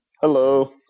hello